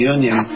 Union